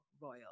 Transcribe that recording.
Royal